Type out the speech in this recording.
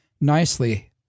nicely